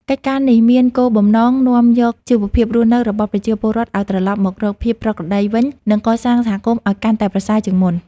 កិច្ចការនេះមានគោលបំណងនាំយកជីវភាពរស់នៅរបស់ប្រជាពលរដ្ឋឱ្យត្រឡប់មករកភាពប្រក្រតីវិញ និងកសាងសហគមន៍ឱ្យកាន់តែប្រសើរជាងមុន។